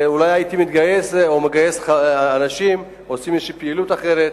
ואולי הייתי מתגייס או מגייס אנשים או עושים איזו פעילות אחרת.